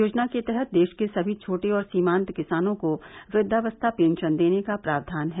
योजना के तहत देश के सभी छोटे और सीमांत किसानों को वृद्वावस्था पेंशन देने का प्रावधान है